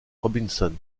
robinson